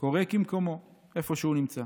"קורא כמקומו", איפה שהוא נמצא.